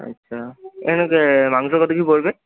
আচ্ছা এখানে মাংস কত কী পড়বে